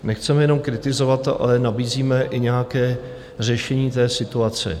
Nechceme jenom kritizovat, ale nabízíme i nějaké řešení situace.